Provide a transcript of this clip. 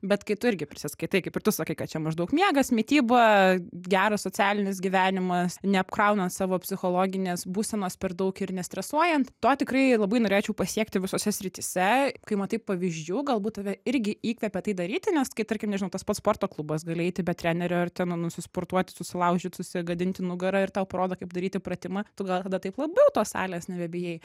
bet kai tu irgi prisiskaitai kaip ir tu sakai kad čia maždaug miegas mityba geras socialinis gyvenimas neapkraunant savo psichologinės būsenos per daug ir nestresuojant to tikrai labai norėčiau pasiekti visose srityse kai matai pavyzdžių galbūt tave irgi įkvepia tai daryti nes kai tarkim nežinau tas pats sporto klubas gali eiti be trenerio ir ten nusisportuoti susilaužyt susigadinti nugarą ir tau parodo kaip daryti pratimą tu gal tada taip labiau tos salės nebebijai